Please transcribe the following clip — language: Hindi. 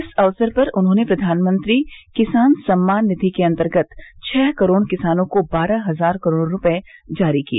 इस अवसर पर उन्होंने प्रधानमंत्री किसान सम्मान निधि के अंतर्गत छह करोड़ किसानों को बारह हजार करोड़ रूपये जारी किए